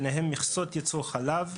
ביניהם מכסות ייצור חלב,